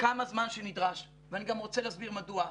כמה זמן שנדרש, ואני גם רוצה להסביר מדוע,